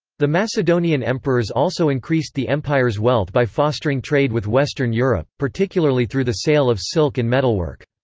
the macedonian emperors also increased the empire's wealth by fostering trade with western europe, particularly through the sale of silk and metalwork.